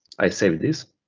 i save this